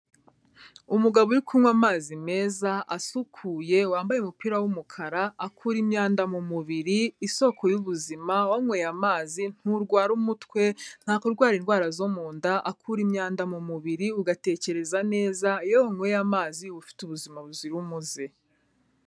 Umugabo uri kunywa amazi meza asukuye, wambaye umupira w'umukara, akura imyanda mu mubiri, isoko y'ubuzima, wanyweye amazi nturwara umutwe, nta kurwara indwara zo mu nda, akura imyanda mu mubiri, ugatekereza neza, iyo wanyweye amazi uba ufite ubuzima buzira umuze.